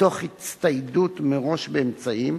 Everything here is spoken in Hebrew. ותוך הצטיידות מראש באמצעים